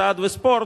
סעד או ספורט",